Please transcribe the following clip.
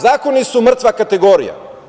Zakoni su mrtva kategorija.